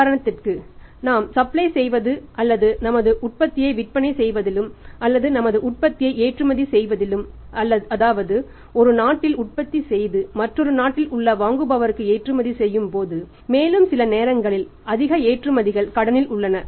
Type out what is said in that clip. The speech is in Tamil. உதாரணத்திற்கு நாம் சப்ளை செய்வது அல்லது நமது உற்பத்தியை விற்பனை செய்வதிலும் அல்லது நமது உற்பத்தியை ஏற்றுமதி செய்வதிலும் அதாவது ஒரு நாட்டில் உற்பத்தி செய்து மற்றொரு நாட்டில் உள்ள வாங்குபவருக்கு ஏற்றுமதி செய்யும் போதும் மேலும் சில நேரங்களில் அதிக ஏற்றுமதிகள் கடனில் உள்ளன